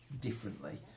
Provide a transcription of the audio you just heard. differently